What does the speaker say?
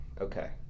okay